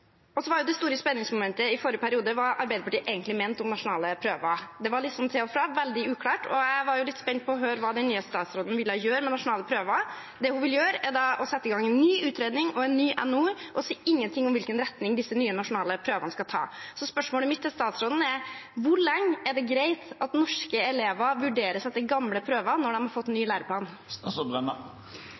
Det store spenningsmomentet i forrige periode var hva Arbeiderpartiet egentlig mente om nasjonale prøver. Det var litt til og fra, veldig uklart, og jeg var litt spent på å høre hva den nye statsråden ville gjøre med nasjonale prøver. Det hun vil gjøre, er å sette i gang en ny utredning og en ny NOU, og hun sier ingen ting om hvilken retning de nye nasjonale prøvene skal ta. Spørsmålet mitt til statsråden er: Hvor lenge er det greit at norske elever vurderes etter gamle prøver når de har fått ny læreplan?